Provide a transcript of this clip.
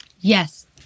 Yes